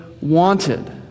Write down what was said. wanted